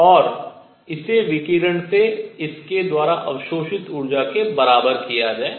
और इसे विकिरण से इसके द्वारा अवशोषित ऊर्जा के बराबर किया जाए